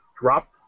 drop